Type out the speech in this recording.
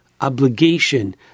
obligation